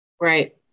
Right